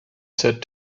said